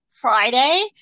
Friday